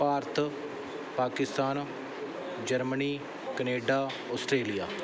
Bharat Pakistan Germany Canada Australia